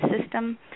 system